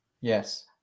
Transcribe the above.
Yes